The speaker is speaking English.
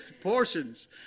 portions